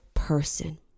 Person